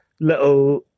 little